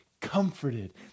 comforted